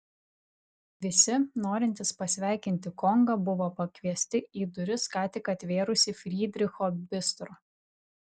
visi norintys pasveikinti kongą buvo pakviesti į duris ką tik atvėrusį frydricho bistro